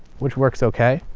which works okay.